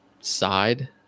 side